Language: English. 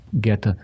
get